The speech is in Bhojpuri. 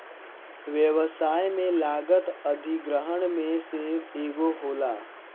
व्यवसाय में लागत अधिग्रहण में से एगो होला